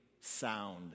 sound